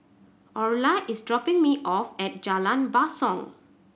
Orla is dropping me off at Jalan Basong